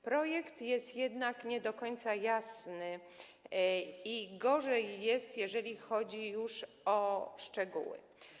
Projekt jest jednak nie do końca jasny i gorzej jest, jeżeli chodzi już o szczegóły.